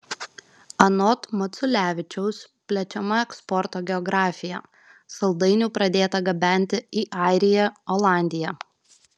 anot maculevičiaus plečiama eksporto geografija saldainių pradėta gabenti į airiją olandiją